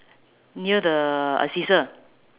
near the uh scissor